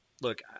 look